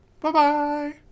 Bye-bye